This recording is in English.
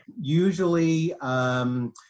usually